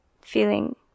feeling